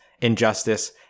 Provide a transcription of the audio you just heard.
injustice